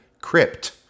crypt